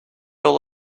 all